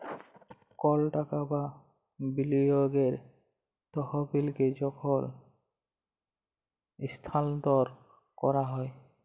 call টাকা বা বিলিয়গের তহবিলকে যখল ইস্থালাল্তর ক্যরা হ্যয়